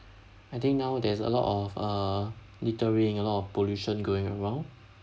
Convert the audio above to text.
I think now there's a lot of uh littering a lot of pollution going around